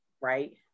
right